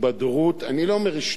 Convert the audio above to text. התבדרות, אני לא אומר השתוללות.